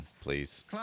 please